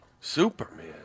Superman